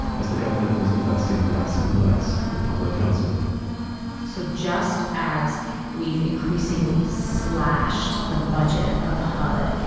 as the government was investing less and less in public housing so just as we've increasingly slashed the budget of hud,